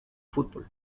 fútbol